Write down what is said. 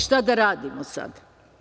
Šta da radimo sad?